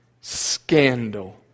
scandal